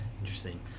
interesting